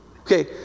Okay